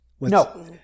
No